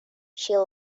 she